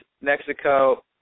Mexico